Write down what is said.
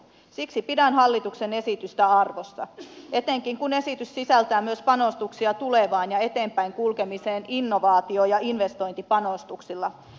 siksi pidän hallituksen esitystä arvossa etenkin kun esitys sisältää myös panostuksia tulevaan ja eteenpäin kulkemiseen innovaatio ja investointipanostuksilla